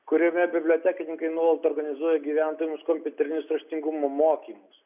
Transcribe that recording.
kuriame bibliotekininkai nuolat organizuoja gyventojams kompiuterinio raštingumo mokymus